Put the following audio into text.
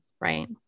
right